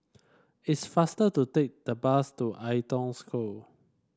it's faster to take the bus to Ai Tong School